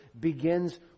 begins